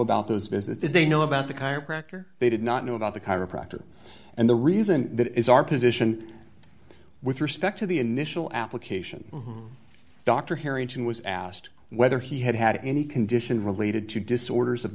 about those visits if they know about the chiropractor they did not know about the chiropractor and the reason that is our position with respect to the initial application dr harrington was asked whether he had had any condition related to disorders of